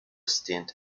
stint